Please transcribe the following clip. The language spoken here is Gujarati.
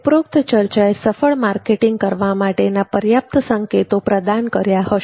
ઉપરોક્ત ચર્ચાએ સફળ માર્કેટિંગ કરવા માટેના પર્યાપ્ત સંકેતો પ્રદાન કર્યા હશે